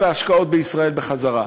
והשקעות בישראל בחזרה,